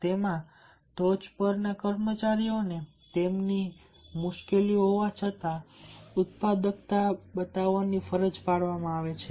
અને તેમાં ટોચ પર કર્મચારીઓને તેમની મુશ્કેલીઓ હોવા છતાં ઉત્પાદકતા બતાવવાની ફરજ પાડવામાં આવે છે